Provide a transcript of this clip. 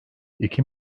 iki